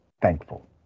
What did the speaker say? thankful